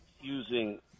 using